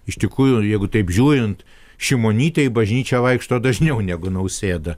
iš tikrųjų jeigu taip žiūrint šimonytė į bažnyčią vaikšto dažniau negu nausėda